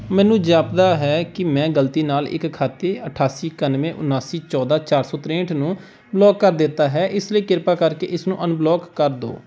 ਮੈਨੂੰ ਜਾਪਦਾ ਹੈ ਕਿ ਮੈਂ ਗਲਤੀ ਨਾਲ ਇੱਕ ਖਾਤੇ ਅਠਾਸੀ ਇਕਾਨਵੇਂ ਉਨਾਸੀ ਚੌਦ੍ਹਾਂ ਚਾਰ ਸੌ ਤ੍ਰੇਹਠ ਨੂੰ ਬਲੌਕ ਕਰ ਦਿੱਤਾ ਹੈ ਇਸ ਲਈ ਕਿਰਪਾ ਕਰਕੇ ਇਸਨੂੰ ਅਨਬਲੌਕ ਕਰ ਦਿਉ